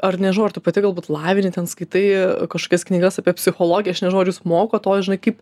ar nežinau ar tu pati galbūt lavini ten skaitai kažkokias knygas apie psichologiją aš nežinau ar jus moko to žinai kaip